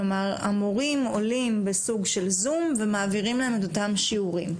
המורים עולים בסוג של זום ומעבירים להם את אותם שיעורים.